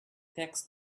tax